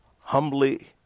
humbly